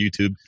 YouTube